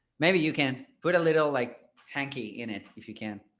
maybe you can put a little like hanky in it if you can.